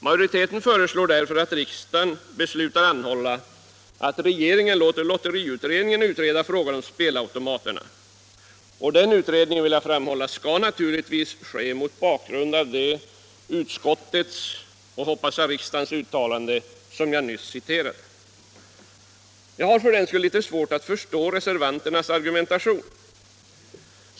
Majoriteten föreslår därför att riksdagen beslutar anhålla att regeringen låter lotteriutredningen utreda frågan om spelautomaterna. Denna utredning skall naturligtvis göras mot bakgrund av det utskottets - och, hoppas jag, riksdagens — uttalande som jag nyss citerade. Jag har svårt att förstå reservanternas argumentation.